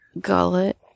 gullet